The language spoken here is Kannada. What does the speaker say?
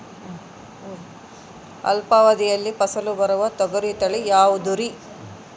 ಅಲ್ಪಾವಧಿಯಲ್ಲಿ ಫಸಲು ಬರುವ ತೊಗರಿ ತಳಿ ಯಾವುದುರಿ?